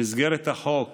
במסגרת החוק